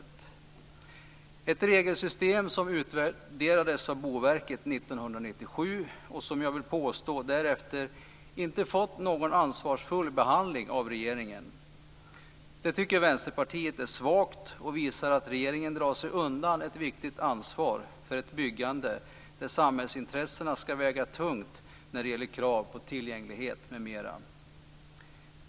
Detta är ett regelsystem som utvärderades av Boverket 1997 och som jag vill påstå därefter inte fått någon ansvarsfull behandling av regeringen. Det tycker Vänsterpartiet är svagt. Det visar att regeringen drar sig undan ett viktigt ansvar för ett byggande där samhällsintressena ska väga tungt när det gäller krav på tillgänglighet m.m.